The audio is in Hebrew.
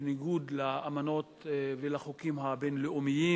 בניגוד לאמנות ולחוקים בין-לאומיים.